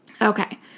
Okay